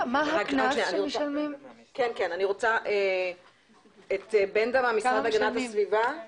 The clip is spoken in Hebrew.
אני רוצה לשמוע את בנדה מהמשרד להגנת הסביבה,